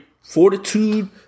fortitude